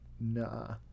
nah